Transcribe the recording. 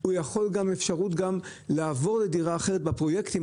יש אפשרות לעבור לדירה אחרת בפרויקטים